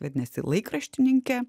vadinasi laikraštininkė